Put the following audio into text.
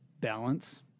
balance